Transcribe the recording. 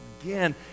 again